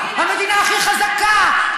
המדינה הכי חזקה,